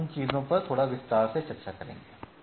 हम उन चीजों पर थोड़ा विस्तार से चर्चा करेंगे